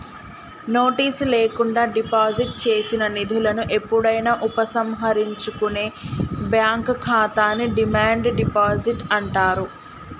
notice లేకుండా deposit చేసిన నిధులను ఎప్పుడైనా ఉపసంహరించుకునే బ్యాంక్ ఖాతాని డిమాండ్ డిపాజిట్ అంటారు